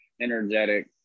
energetic